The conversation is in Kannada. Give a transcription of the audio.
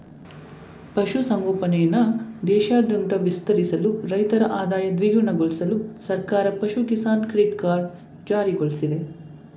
ಪಶು ಸಂಗೋಪನೆನ ದೇಶಾದ್ಯಂತ ವಿಸ್ತರಿಸಲು ರೈತರ ಆದಾಯ ದ್ವಿಗುಣಗೊಳ್ಸಲು ಸರ್ಕಾರ ಪಶು ಕಿಸಾನ್ ಕ್ರೆಡಿಟ್ ಕಾರ್ಡ್ ಜಾರಿಗೊಳ್ಸಿದೆ